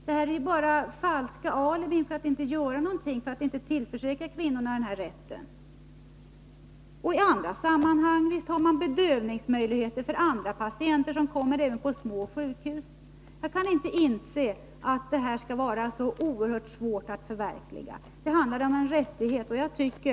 Det är bara falska alibin för att inte göra någonting, för att inte tillförsäkra kvinnorna denna rätt. Visst har man i andra sammanhang även på små sjukhus möjligheter att bedöva patienter. Jag kan inte inse att det skall vara så oerhört svårt att förverkliga beslutet om smärtlindring vid förlossning. Det handlar om en rättighet.